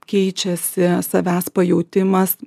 keičiasi savęs pajautimas